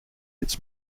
its